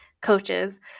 coaches